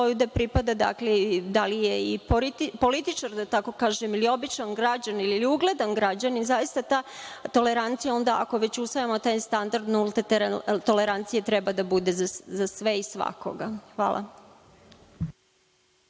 da pripada, dakle, da je i političar, da tako kažem, ili običan građanin ili ugledan građanin, zaista ta tolerancija, ako već usvajamo taj standard nulte tolerancije, treba da bude za sve i svakoga. Hvala.